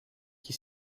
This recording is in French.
qui